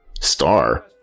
star